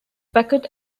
packet